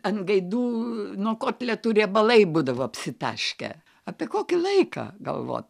ant gaidų nuo kotletų riebalai būdavo apsitaškę apie kokį laiką galvo